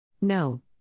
No